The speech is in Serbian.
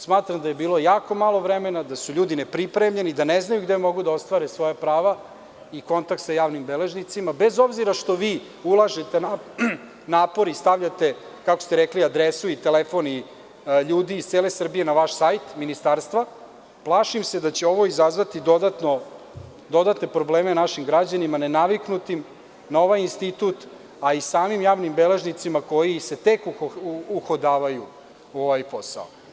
Smatram da je bilo jako malo vremena da su ljudi nepripremljeni da ne znaju gde mogu da ostvare svoja prava i kontakt sa javnim beležnicima, bez obzira što vi ulažete napor i stavljate, kako ste rekli adresu i telefon i ljudi iz cele Srbije, na vaš sajt Ministarstva, jer plašim se da će ovo izazvati dodatne probleme našim građanima, nenaviknutim na ovaj institut, a i samim javnim beležnicima, koji se tek uhodavaju u ovaj posao.